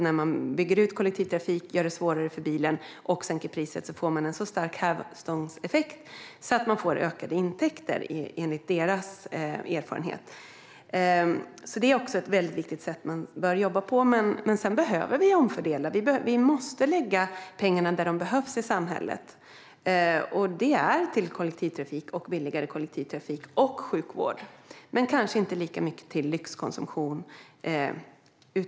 När man bygger ut kollektivtrafiken, gör det svårare för bilen och sänker priset får man en så stark hävstångseffekt att man får ökade intäkter - detta enligt deras erfarenhet. Det är ett viktigt sätt att jobba. Vi behöver också omfördela. Vi måste lägga pengarna där de behövs i samhället. Det behövs mer till kollektivtrafik, billigare kollektivtrafik och sjukvård och mindre till lyxkonsumtion.